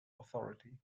authority